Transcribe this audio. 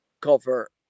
cover